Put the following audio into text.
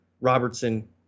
Robertson